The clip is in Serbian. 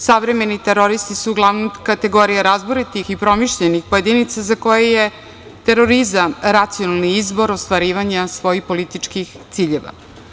Savremeni teroristi su uglavnom kategorija razboritih i promišljenih pojedinaca za koje je terorizam racionalni izbor ostvarivanja svojih političkih ciljeva.